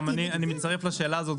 גם אני מצטרף לשאלה זאת,